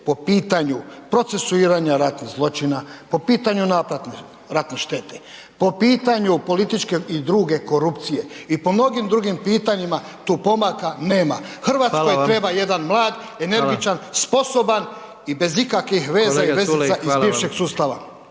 po pitanju procesuiranja ratnih zločina, po pitanju naplate ratne štete, po pitanje političke i druge korupcije i po mnogim drugim pitanjima, tu pomaka nema .../Upadica: Hvala vam./... Hrvatskoj treba jedan mlad, energičan .../Upadica: Hvala./... sposoban